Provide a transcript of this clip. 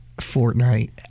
Fortnite